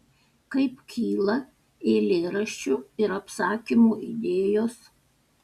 kaip kyla eilėraščių ir apsakymų idėjos